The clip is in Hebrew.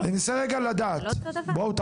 זה לא אותו הדבר.